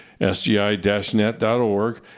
sgi-net.org